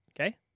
okay